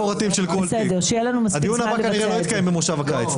הדיון הבא כנראה לא יתקיים במושב הקיץ,